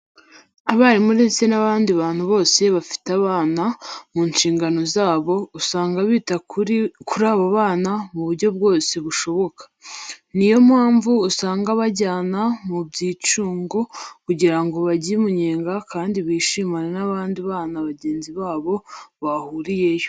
Abarimu ndetse n'abandi bantu bose bafite abana mu nshingano zabo, usanga bita kuri abo bana mu buryo bwose bashoboye. Ni yo mpamvu usanga babajyana mu byicungo kugira ngo barye umunyenga kandi bishimane n'abandi bana bagenzi babo bahurirayo.